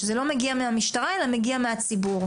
כשזה לא מגיע מהמשטרה אלא מגיע מהציבור.